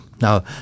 Now